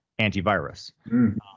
antivirus